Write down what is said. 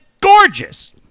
gorgeous